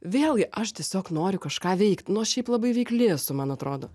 vėlgi aš tiesiog noriu kažką veikt nu aš šiaip labai veikli esu man atrodo